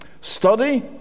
Study